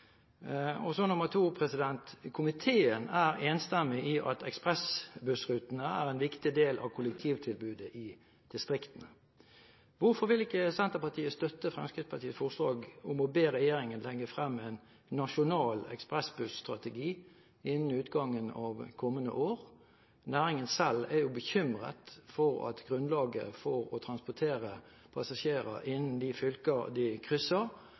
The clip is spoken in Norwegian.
finansiering? Så nummer to: Komiteen er enstemmig i at ekspressbussrutene er en viktig del av kollektivtilbudet i distriktene. Hvorfor vil ikke Senterpartiet støtte Fremskrittspartiets forslag om å be regjeringen legge frem en nasjonal ekspressbuss-strategi innen utgangen av kommende år? Næringen selv er jo bekymret for at grunnlaget for å transportere passasjerer innen de fylker de krysser,